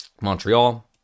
Montreal